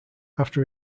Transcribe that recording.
after